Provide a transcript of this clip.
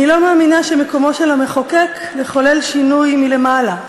אני לא מאמינה שמקומו של המחוקק לחולל שינוי מלמעלה,